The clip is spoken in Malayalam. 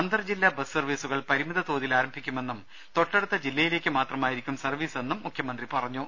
അന്തർജില്ലാ ബസ് സർവീസുകൾ പരിമിത തോതിൽ ആരംഭിക്കുമെന്നും തൊട്ടടുത്ത ജില്ലയിലേക്ക് മാത്രമായിരിക്കും സർവീസ് എന്നും മുഖ്യമന്ത്രി പറഞ്ഞു